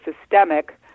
systemic